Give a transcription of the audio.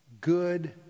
Good